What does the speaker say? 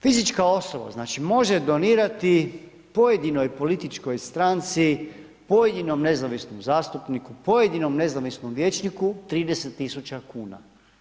Fizička osoba znači može donirati pojedinoj političkoj stranci, pojedinom nezavisnom zastupniku, pojedinom nezavisnom vijećniku 30 000 kuna.